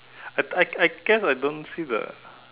I I I guess I don't feel the